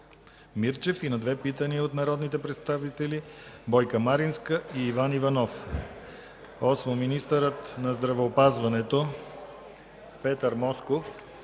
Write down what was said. Мирчев и на две питания от народните представители Бойка Маринска, и Иван Пенков Иванов. 8. Министърът на здравеопазването Петър Москов